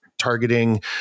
targeting